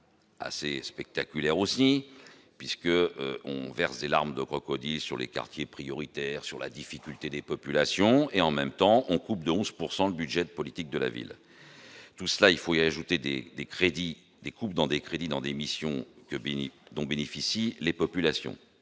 assez spectaculaire aussi puisque on vers ces larmes de crocodile sur les quartiers prioritaires sur la difficulté des populations et en même temps on coupe de 11 pourcent le budget de politique de la ville. Tout cela il faut ajouter des des crédits, des coupes dans des crédits dans des missions que Binic dont bénéficient les populations